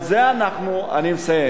על זה אנחנו, אני מסיים,